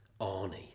Arnie